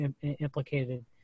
implicated